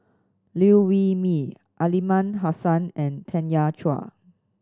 Liew Wee Mee Aliman Hassan and Tanya Chua